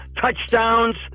touchdowns